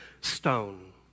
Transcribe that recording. stone